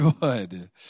Good